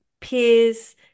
peers